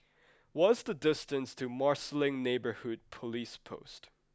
what's the distance to Marsiling Neighbourhood Police Post